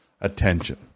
attention